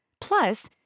Plus